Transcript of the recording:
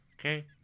Okay